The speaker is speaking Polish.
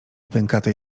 pękatej